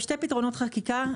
שני פתרונות חקיקה,